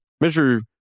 measure